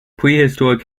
prehistoric